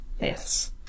yes